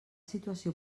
situació